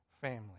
family